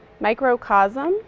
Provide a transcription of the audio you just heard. Microcosm